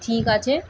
ঠিক আছে